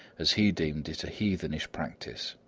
as he deemed it a heathenish practice.